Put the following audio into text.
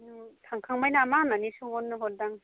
नु थांखांबाय नामा होन्नानै सोंहरनो हरदां